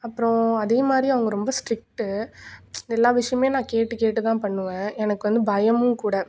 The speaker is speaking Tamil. அப்புறோம் அதே மாதிரியே அவங்க ரொம்ப ஸ்ட்ரிட்டு எல்லா விஷயமுமே நான் கேட்டு கேட்டு தான் பண்ணுவேன் எனக்கு வந்து பயமும் கூட